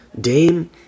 Dame